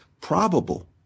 probable